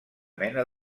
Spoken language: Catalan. mena